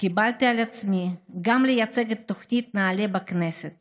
קיבלתי על עצמי גם לייצג את תוכנית נעל"ה בכנסת